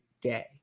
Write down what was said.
day